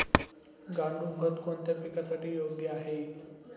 गांडूळ खत कोणत्या पिकासाठी योग्य आहे?